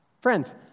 Friends